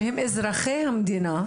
שהם אזרחי המדינה,